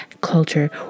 culture